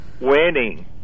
winning